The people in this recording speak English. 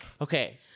okay